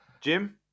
Jim